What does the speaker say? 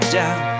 down